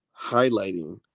highlighting